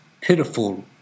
pitiful